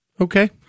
Okay